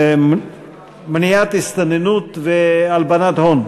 מניעת הסתננות והלבנת הון.